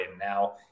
Now